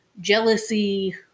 jealousy